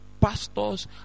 pastors